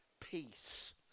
peace